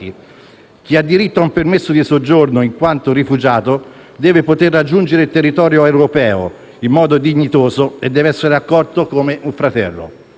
Chi ha diritto a un permesso di soggiorno in quanto rifugiato deve poter raggiungere il territorio europeo in modo dignitoso e deve essere accolto come un fratello.